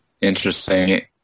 interesting